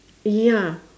ya